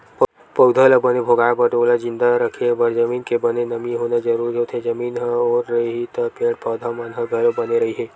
पउधा ल बने भोगाय बर ओला जिंदा रखे बर जमीन के बने नमी होना जरुरी होथे, जमीन ह ओल रइही त पेड़ पौधा मन ह घलो बने रइही